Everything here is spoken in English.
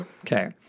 Okay